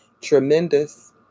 Tremendous